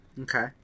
Okay